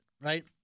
Right